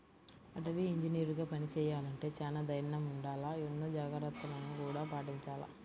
అటవీ ఇంజనీరుగా పని చెయ్యాలంటే చానా దైర్నం ఉండాల, ఎన్నో జాగర్తలను గూడా పాటించాల